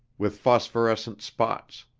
with phosphorescent spots.